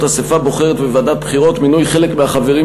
באמצעות אספה בוחרת וועדת בחירות.